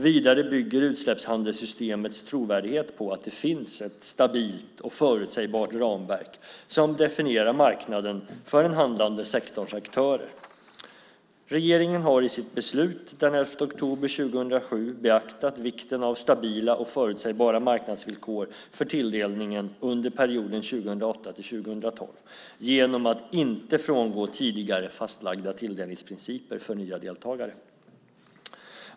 Vidare bygger utsläppshandelssystemets trovärdighet på att det finns ett stabilt och förutsägbart ramverk som definierar marknaden för den handlande sektorns aktörer. Regeringen har i sitt beslut den 11 oktober 2007 beaktat vikten av stabila och förutsägbara marknadsvillkor för tilldelningen under perioden 2008-2012 genom att inte frångå tidigare fastlagda tilldelningsprinciper för nya deltagare.